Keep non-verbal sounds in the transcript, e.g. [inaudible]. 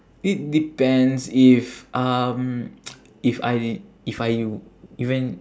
it depends if um [noise] if I if I even